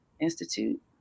Institute